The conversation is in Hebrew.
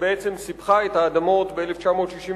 שבעצם סיפחה את האדמות ב-1967,